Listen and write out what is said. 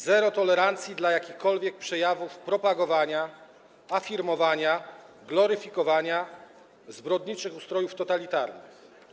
Zero tolerancji dla jakichkolwiek przejawów propagowania, afirmowania, gloryfikowania zbrodniczych ustrojów totalitarnych.